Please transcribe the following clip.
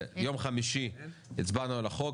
ביום חמישי הצבענו על החוק,